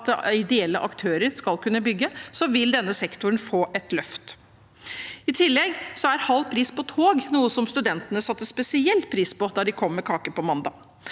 at ideelle aktører skal kunne bygge, så denne sektoren vil få et løft. I tillegg er halv pris på tog noe studentene satte spesielt pris på da de kom med kake på mandag.